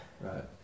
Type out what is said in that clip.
Right